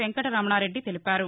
వెంకటరమణారెడ్డి తెలిపారు